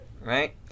right